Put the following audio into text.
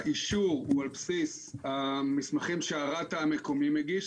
האישור הוא על בסיס המסמכים שרת"א מקומי מגיש,